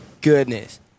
goodness